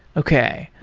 okay.